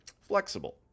flexible